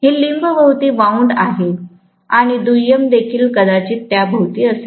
हे लिंब भोवती वाउंड आहे आणि दुय्यम देखील कदाचित त्या भोवती असेल